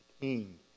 King